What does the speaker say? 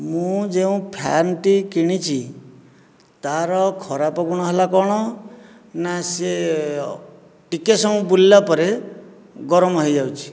ମୁଁ ଯେଉଁ ଫ୍ୟାନ୍ଟି କିଣିଛି ତା'ର ଖରାପ ଗୁଣ ହେଲା କ'ଣ ନା ସେ ଟିକେ ସମୟ ବୁଲିଲା ପରେ ଗରମ ହୋଇଯାଉଛି